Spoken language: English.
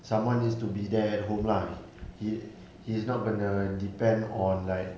someone needs to be there at home lah he he's not gonna depend on like